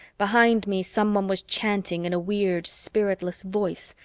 behind me, someone was chanting in a weird spiritless voice,